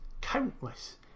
countless